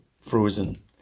frozen